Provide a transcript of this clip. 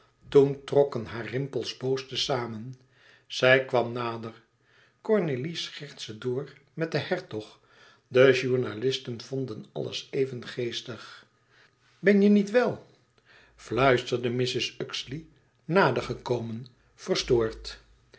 toen trokken hare rimpels boos te zamen zij kwam nader cornélie schertste door met den hertog de journalisten vonden alles even geestig ben je niet wel fluisterde mrs uxeley nader gekomen verstoord